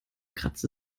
kratzte